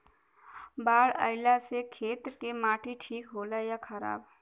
बाढ़ अईला से खेत के माटी ठीक होला या खराब?